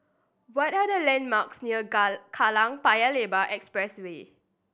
what are the landmarks near Kallang Paya Lebar Expressway